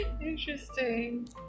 Interesting